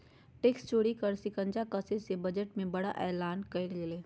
tax चोरी पर शिकंजा कसय ले बजट में बड़ा एलान कइल गेलय